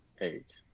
eight